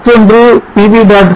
மற்றொன்று pv